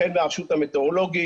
החל מהרשות המטאורולוגית,